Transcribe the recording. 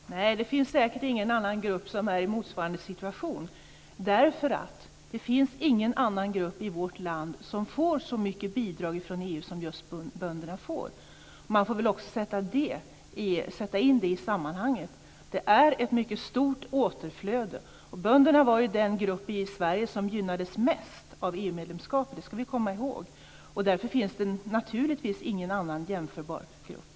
Herr talman! Nej, det finns säkert ingen annan grupp som är i motsvarande situation därför att det inte finns någon annan grupp i vårt land som får så mycket bidrag från EU som just bönderna. Man får väl också sätta in det i sammanhanget. Det är ett mycket stort återflöde. Bönderna var den grupp i Sverige som gynnades mest av EU-medlemskapet, det ska vi komma ihåg. Därför finns det naturligtvis ingen annan jämförbar grupp.